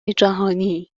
جهانی